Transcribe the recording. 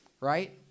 Right